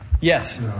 Yes